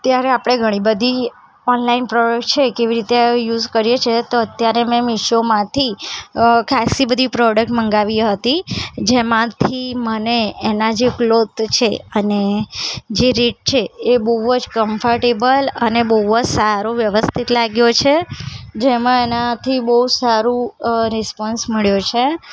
અત્યારે આપણે ઘણી બધી ઑનલાઈન પ્રોડ્કટ છે કેવી રીતે યુઝ કરીએ છીએ તો અત્યારે મેં મીશોમાંથી ખાસ્સી બધી પ્રોડકટ મગાવી હતી જેમાંથી મને એના જે ક્લોથ છે અને જે રેટ છે એ બહુ જ કમ્ફર્ટેબલ અને બહુ જ સારો વ્યવસ્થિત લાગ્યો છે જેમનાથી બહુ સારો રિસ્પૉન્સ મળ્યો છે